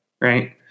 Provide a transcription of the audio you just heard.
Right